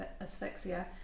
asphyxia